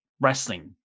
wrestling